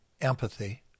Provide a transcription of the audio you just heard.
empathy